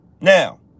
Now